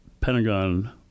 Pentagon